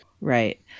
right